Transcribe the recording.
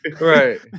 Right